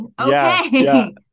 okay